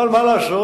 אבל מה לעשות,